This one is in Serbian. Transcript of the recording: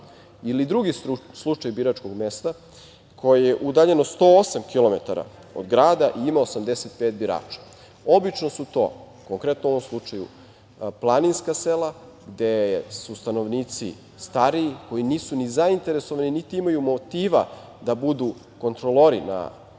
je slučaj biračkog mesta koje je udaljeno 108 kilometara od grada i ima 85 birača. Obično su to, konkretno, u ovom slučaju, planinska sela gde su stanovnici stariji, koji nisu ni zainteresovani, niti imaju motiva da budu kontrolori na biračkim